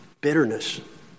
bitterness